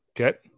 Okay